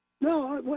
no